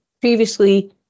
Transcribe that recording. Previously